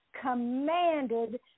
commanded